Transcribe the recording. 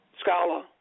scholar